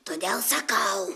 todėl sakau